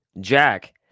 Jack